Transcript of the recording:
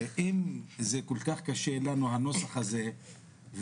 ואם זה כל כך קשה לנו הנוסח הזה ואנחנו